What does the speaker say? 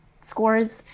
scores